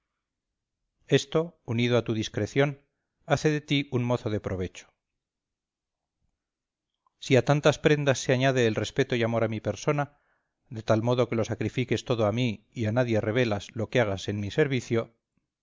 esto unido a tu discreción hace de ti un mozo de provecho si a tantas prendas se añade el respeto y amor a mi persona de tal modo que lo sacrifiques todo a mí y a nadie revelas lo que hagas en mi servicio